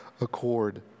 accord